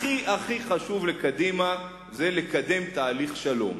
הכי הכי חשוב לקדימה זה לקדם תהליך שלום,